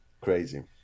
crazy